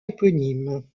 éponyme